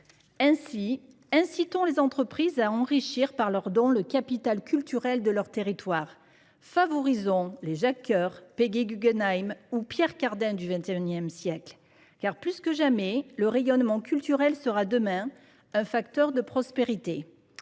Darnaud. Incitons les entreprises à enrichir, par leurs dons, le capital culturel de leur territoire, favorisons l'émergence des Jacques Coeur, Peggy Guggenheim ou Pierre Cardin du XXI siècle, car, plus que jamais, le rayonnement culturel sera, demain, un facteur de prospérité